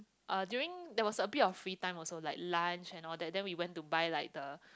uh during that was a bit of free time also like lunch and all that then we went to buy like the